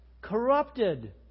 corrupted